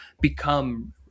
become